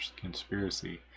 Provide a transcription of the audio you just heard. conspiracy